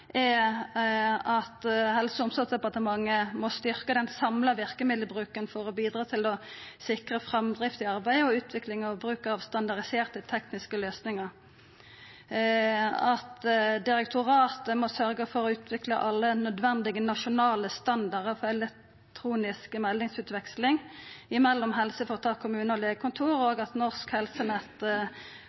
at Helse- og omsorgsdepartementet må styrkja den samla verkemiddelbruken for å bidra til å sikra framdrift i arbeidet og utvikling av bruk av standardiserte tekniske løysingar, at direktoratet må sørgja for å utvikla alle nødvendige nasjonale standardar for elektronisk meldingsutveksling mellom helseføretak, kommunar og legekontor, at Norsk Helsenett